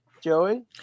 Joey